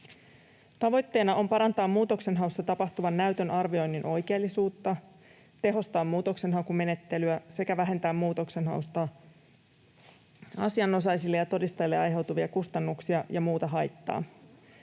Tavoitteena on parantaa muutoksenhaussa tapahtuvan näytön arvioinnin oikeellisuutta, tehostaa muutoksenhakumenettelyä sekä vähentää muutoksenhausta asianosaisille ja todistajille aiheutuvia kustannuksia ja muuta haittaa.